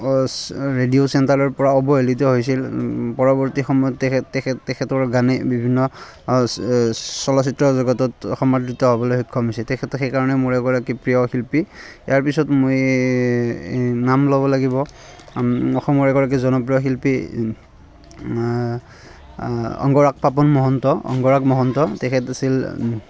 অঁ ৰেডিঅ' চেণ্টাৰৰ পৰা অৱহেলীত হৈছিল পৰৱৰ্তী সময়ত তেখেত তেখেত তেখেতৰ গানে বিভিন্ন চলচ্ছিত্ৰ জগতত সমাদৃত হ'বলৈ সক্ষম হৈছে তেখেত সেইকাৰণে মোৰ এগৰাকী প্ৰিয় শিল্পী ইয়াৰ পিছত মই নাম ল'ব লাগিব অসমৰ এগৰাকী জনপ্ৰিয় শিল্পী অংগৰাগ পাপন মহন্ত অংগৰাগ মহন্ত তেখেত আছিল